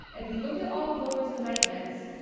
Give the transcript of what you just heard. if you look at all of mueller's indictments,